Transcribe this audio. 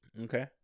Okay